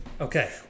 Okay